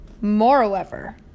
Moreover